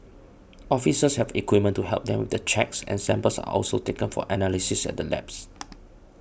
officers have equipment to help them with the checks and samples are also taken for analysis at the labs